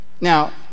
Now